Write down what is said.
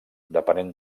depenent